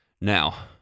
Now